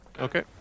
Okay